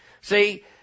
See